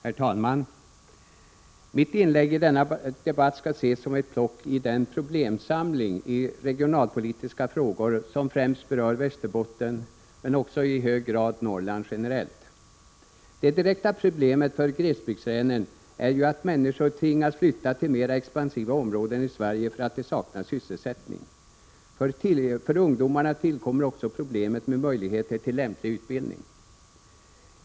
Herr talman! Mitt inlägg i denna debatt skall ses som ett plock i den problemsamling i regionalpolitiska frågor som främst berör Västerbotten men också i hög grad Norrland generellt. Det direkta problemet för glesbygdslänen är ju att människor tvingas flytta till mera expansiva områden i Sverige för att de saknar sysselsättning. För ungdomarna tillkommer också problemet med möjligheter till lämplig utbildning.